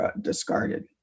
discarded